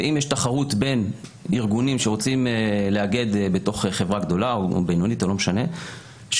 ואם יש תחרות בין ארגונים שרוצים לאגד בתוך חברה גדולה או בינונית שכל